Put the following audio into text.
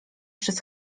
przez